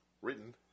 written